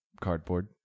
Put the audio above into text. cardboard